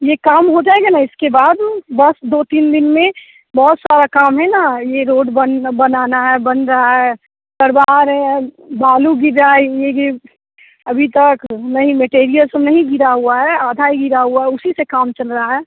ये काम हो जाएगा ना इसके बाद बस दो तीन दिन में बहुत सारा काम है ना यह रोड बन बनाना है बन रहा है करवा रहे हैं बालू गिर रहा है ये गिर अभी तक नहीं मैटीरियल तो नहीं गिरा हुआ है आधा ही गिरा हुआ है उसी से काम चल रहा है